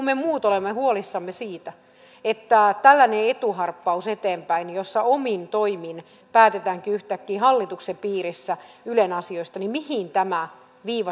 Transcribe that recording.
me muut olemme huolissamme siitä kun otetaan tällainen etuharppaus eteenpäin jossa omin toimin päätetäänkin yhtäkkiä hallituksen piirissä ylen asioista mihin tämä viiva sitten vedetään